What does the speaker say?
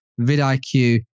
vidIQ